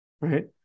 right